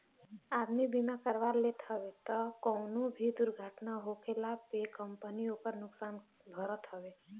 आदमी बीमा करवा लेत हवे तअ कवनो भी दुर्घटना होखला पे कंपनी ओकर नुकसान भरत हवे